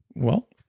well,